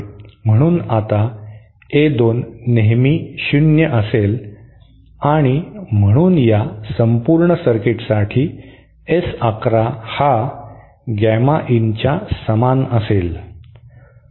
म्हणून आता A 2 नेहमी शून्य असेल आणि म्हणून या संपूर्ण सर्किटसाठी S 1 1 हा गॅमा इन च्या समान असेल